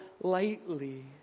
lightly